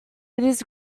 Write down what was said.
his